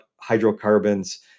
hydrocarbons